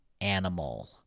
Animal